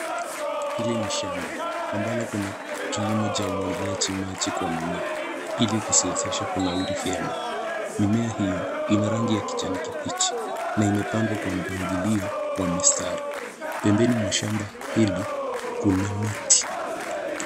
Hili ni shamba ambalo kuna kilimo cha umwagiliaji maji kwa mimea ili kuziwezesha kunawiri vyema. Mimea hiyo ina rangi ya kijani kibichi na imepangwa kwa mpangilio wa mistari. Pembeni mwa shamba hili kuna miti.